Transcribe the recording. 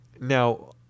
now